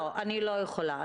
אני לא יכולה,